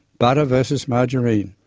butter versus margarine.